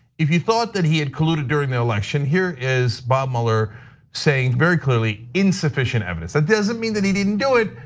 if you thought that he had colluded during the election, here is bob mueller saying very clearly, insufficient evidence. it doesn't mean that he didn't do it,